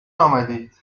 آمدید